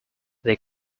they